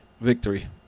victory